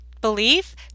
belief